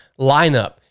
lineup